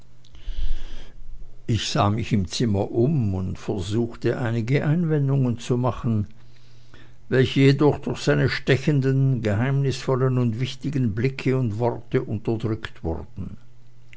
ich sah mich im zimmer um und versuchte einige einwendungen zu machen welche jedoch durch seine stechenden geheimnisvollen und wichtigen blicke und worte unterdrückt wurden